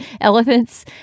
elephants